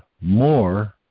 more